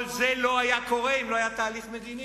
כל זה לא היה קורה אם לא היה תהליך מדיני.